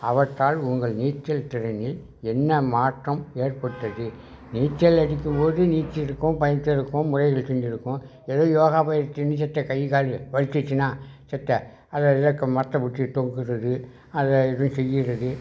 அவற்றால் உங்கள் நீச்சல் திறனில் என்ன மாற்றம் ஏற்பட்டது நீச்சல் அடிக்கும் போது நீச்சலுக்கும் பயிற்சி எடுக்கும் முறைகளை செஞ்சுருக்கோம் எது யோகா பயிற்சின்னு செத்த கை காலு வலிச்சிச்சின்னா செத்த அதை அதை க மரத்தை பிடிச்சு தொங்குகிறது அதை இதை செய்கிறது